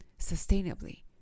sustainably